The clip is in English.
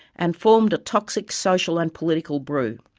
and formed a toxic social and political brew.